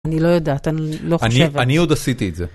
אני לא יודעת, אני לא חושבת. אני עוד עשיתי את זה.